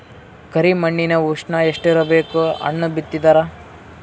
ಕರಿ ಮಣ್ಣಿನ ಉಷ್ಣ ಎಷ್ಟ ಇರಬೇಕು ಹಣ್ಣು ಬಿತ್ತಿದರ?